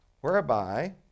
whereby